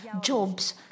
jobs